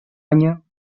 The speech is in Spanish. año